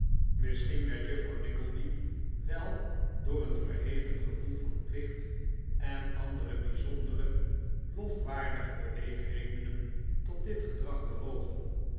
misschien werd juffrouw nickleby wel door een verheven gevoel van plicht en andere bijzonder lofwaardige beweegredenen tot dit gedrag bewogen